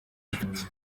mfite